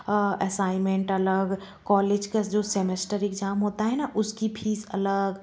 assignment अलग college का जो सेमेस्टर एग्जाम होता है ना उसकी फीस अलग